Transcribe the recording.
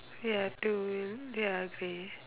you two wheel ya grey